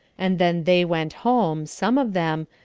and then they went home, some of them,